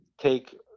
take